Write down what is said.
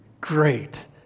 great